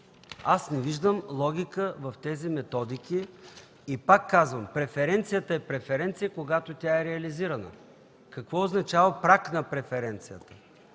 Не виждам логика в тези методики. Пак казвам: преференцията е преференция, когато е реализирана. Какво означава „праг на преференцията”?